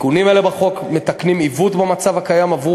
תיקונים אלה בחוק מתקנים עיוות במצב הקיים עבור